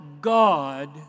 God